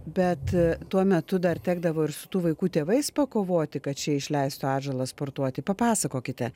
bet tuo metu dar tekdavo ir su tų vaikų tėvais pakovoti kad šie išleistų atžalas sportuoti papasakokite